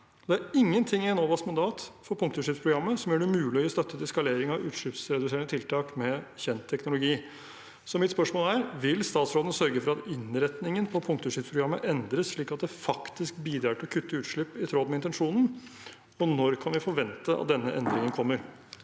Det er ingenting i Enovas mandat for punktutslippsprogrammet som gjør det mulig å gi støtte til skalering av utslippsreduserende tiltak med kjent teknologi. Mitt spørsmål er: Vil statsråden sørge for at innretningen på punktutslippsprogrammet endres slik at det faktisk bidrar til å kutte utslipp i tråd med intensjonen, og når kan vi forvente at denne endringen kommer?